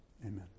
Amen